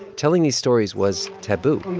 telling these stories was taboo